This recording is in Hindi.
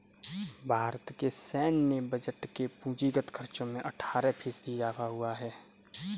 भारत के सैन्य बजट के पूंजीगत खर्चो में अट्ठारह फ़ीसदी इज़ाफ़ा हुआ है